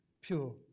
pure